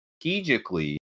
strategically